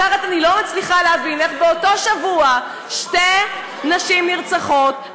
אחרת אני לא מצליחה להבין איך באותו שבוע שתי נשים נרצחות,